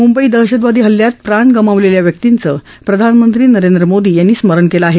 मुंबई दहशतवादी हल्ल्यात प्राण गमावलेल्या व्यक्तींचं प्रधानमंत्री नरेंद्र मोदी यांनी स्मरण केलं आहे